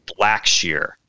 Blackshear